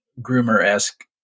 groomer-esque